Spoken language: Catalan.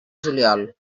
juliol